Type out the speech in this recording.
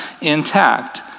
intact